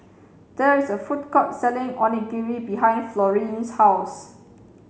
there is a food court selling Onigiri behind Florene's house